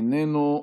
איננו,